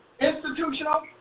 institutional